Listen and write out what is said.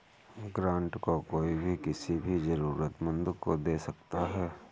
grant को कोई भी किसी भी जरूरतमन्द को दे सकता है